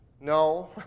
No